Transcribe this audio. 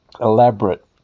elaborate